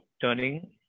turning